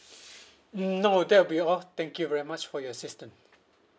mm no that will be all thank you very much for your assistant